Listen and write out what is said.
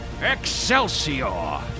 Excelsior